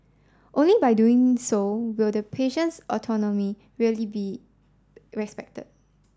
only by doing so will the patient's autonomy really be respected